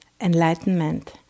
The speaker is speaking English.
enlightenment